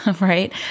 right